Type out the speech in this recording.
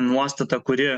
nuostatą kuri